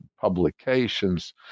publications